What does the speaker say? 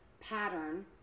pattern